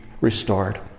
restored